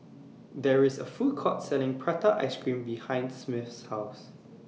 There IS A Food Court Selling Prata Ice Cream behind Smith's House